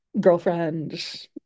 girlfriend